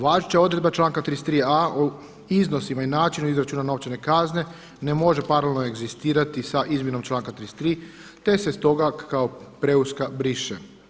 Važeća odredba članka 33.a o iznosima i načinu izračuna novčane kazne ne može paralelno egzistirati sa izmjenom članka 33. te se stoga kao preuska briše.